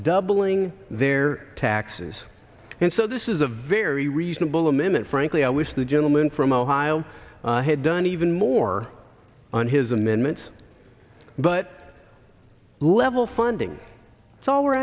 doubling their taxes and so this is a very reasonable a minute frankly i wish the gentleman from ohio had done even more on his amendments but level funding it's all we're